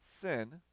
sin